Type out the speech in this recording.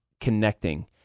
connecting